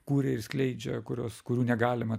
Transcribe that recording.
kuria ir skleidžia kurios kurių negalima